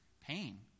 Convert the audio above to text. pain